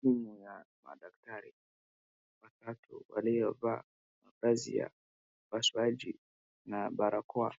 Timu ya madaktari watatu waliovaa mavazi ya upasuaji na barakoa